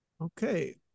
Okay